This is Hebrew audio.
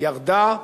ירדה,